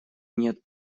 нет